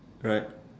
correct